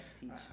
teach